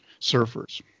surfers